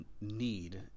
need